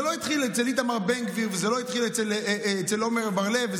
זה לא התחיל אצל איתמר בן גביר וזה לא התחיל אצל עמר בר לב,